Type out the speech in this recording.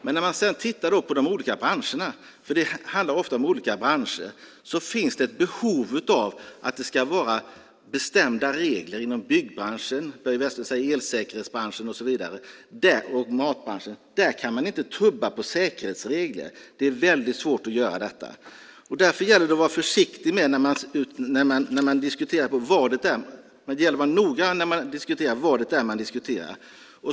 Men när man sedan tittar på de olika branscherna, för det handlar ofta om olika branscher, kan man se att det finns ett behov av att det ska vara bestämda regler. Det gäller inom byggbranschen, och Börje Vestlund nämner elsäkerhetsbranschen, matbranschen och så vidare. Där kan man inte tubba på säkerhetsregler. Det är väldigt svårt att göra det. Därför gäller det att vara försiktig och noggrann med vad det är man diskuterar.